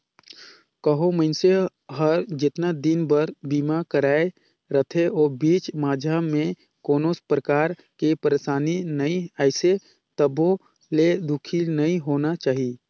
कहो मइनसे हर जेतना दिन बर बीमा करवाये रथे ओ बीच माझा मे कोनो परकार के परसानी नइ आइसे तभो ले दुखी नइ होना चाही